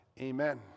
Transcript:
amen